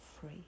free